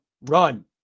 run